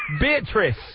Beatrice